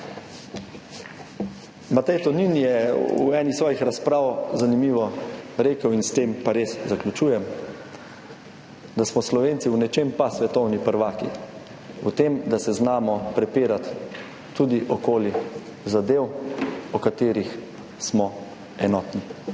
Matej Tonin je v eni svojih razprav zanimivo rekel, s tem pa res zaključujem, da smo Slovenci v nečem pa svetovni prvaki – v tem, da se znamo prepirati tudi okoli zadev, o katerih smo enotni.